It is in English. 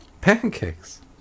pancakes